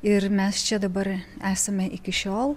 ir mes čia dabar esame iki šiol